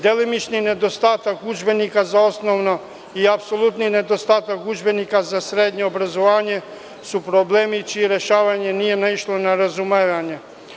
Delimični nedostatak udžbenika za osnovno i apsolutni nedostatak udžbenika za srednje obrazovanje su problemi čije rešavanje nije naišlo na razumevanje.